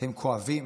הם כואבים.